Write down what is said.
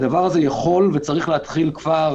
הדבר הזה יכול וצריך להתחיל כבר,